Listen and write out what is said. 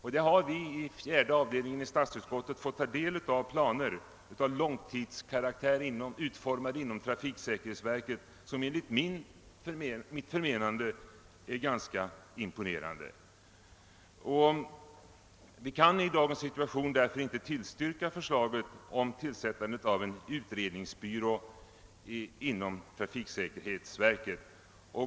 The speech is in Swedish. Vi har i statsutskottets fjärde avdelning fått ta del av planer av långtidskaraktär, utformade inom =<trafiksäkerhetsverket, som enligt mitt förmenande är ganska imponerande. Därför kan vi i dagens situation inte tillstyrka förslaget om tillsättande av en utredningsbyrå inom trafiksäkerhetsverket.